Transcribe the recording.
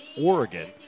Oregon